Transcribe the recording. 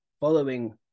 following